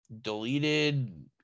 deleted